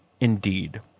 indeed